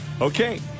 Okay